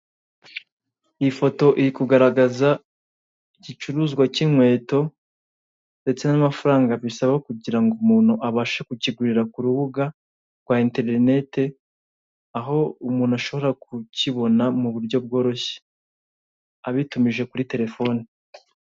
Ifoto iri kugaragaza igicuruzwa cy'inkweto ndetse n'amafaranga bisaba kugira ngo umuntu abashe kukigurira ku rubuga rwa interineti, aho umuntu ashobora kukibona mu buryo bworoshye, abitumije kuri telefoni.